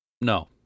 No